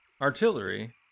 Artillery